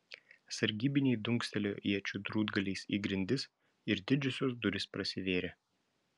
sargybiniai dunkstelėjo iečių drūtgaliais į grindis ir didžiosios durys prasivėrė